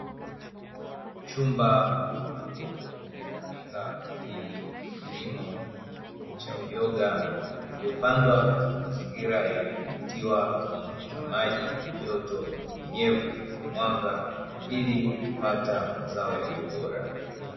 Chumba maalumu kinachotumika kwa ajili ya kilimo cha uyoga, uliopandwa katika mazingira yaliyodhibitiwa kiwango cha maji, joto, unyevu na mwanga ili kupata mazao yaliyobora.